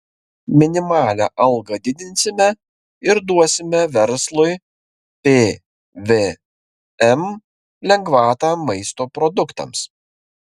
minimalią algą didinsime ir duosime verslui pvm lengvatą maisto produktams